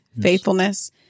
faithfulness